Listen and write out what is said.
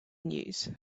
news